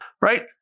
Right